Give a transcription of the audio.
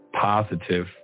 positive